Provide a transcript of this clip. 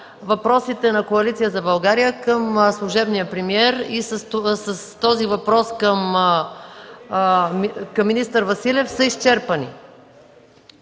Въпросите на „Коалиция за България” към служебния премиер и с този въпрос към министър Василев са изчерпани.